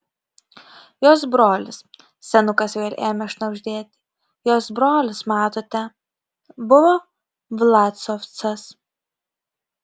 jos brolis senukas vėl ėmė šnabždėti jos brolis matote buvo vlasovcas